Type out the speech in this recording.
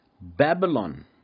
Babylon